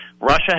Russia